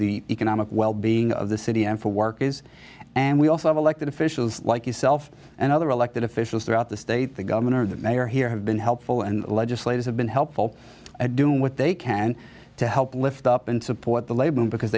the economic well being of the city and for work is and we also have elected officials like yourself and other elected officials throughout the state the governor the mayor here have been helpful and legislators have been helpful at doing what they can to help lift up and support the labor because